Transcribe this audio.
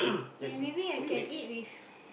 then maybe I can eat with